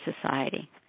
society